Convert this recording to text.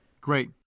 Great